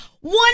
One